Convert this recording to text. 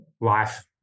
life